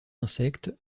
insectes